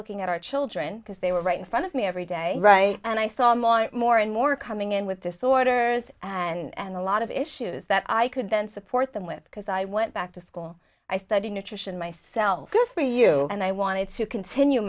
looking at our children because they were right in front of me every day right and i saw him on more and more coming in with disorders and a lot of issues that i could then support them with because i went back to school i studied nutrition myself just for you and i wanted to continue